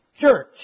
church